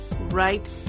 right